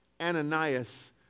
Ananias